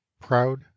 proud